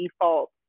default